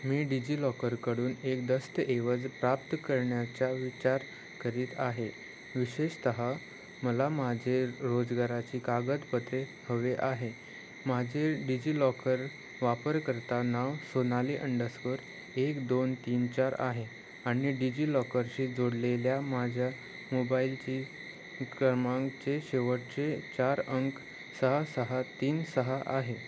मी डिजिलॉकरकडून एक दस्तऐवज प्राप्त करण्याच्या विचार करीत आहे विशेषतः मला माझे रोजगाराची कागदपत्रे हवे आहे माझे डिजिलॉकर वापरकर्ता नाव सोनाली अंडस्कर एक दोन तीन चार आहे आणि डिजिलॉकरशी जोडलेल्या माझ्या मोबाईलची क्रमांकाचे शेवटचे चार अंक सहा सहा तीन सहा आहे